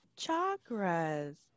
Chakras